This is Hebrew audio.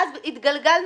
אני פותח את הישיבה.